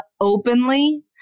openly